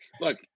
look